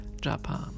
Japan